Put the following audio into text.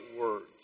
words